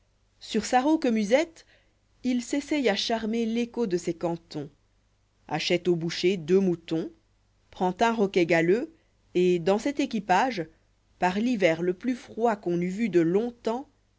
sur sa rauque musette il s'essaie à charmer l'écho de ces cantons achète au boucher deux moutons prend un roquet galeux et dans cet équipage par l'hiver le plus froid qu'on eût vu de long temp